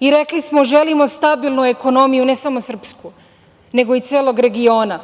Rekli smo – želimo stabilnu ekonomiju, ne samo srpsku, nego i celog regiona